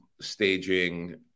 staging